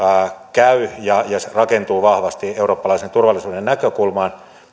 käy ja se rakentuu vahvasti eurooppalaisen turvallisuuden näkökulmaan